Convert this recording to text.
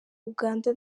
uganda